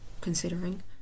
considering